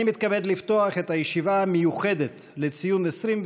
אני מתכבד לפתוח את הישיבה המיוחדת לציון 23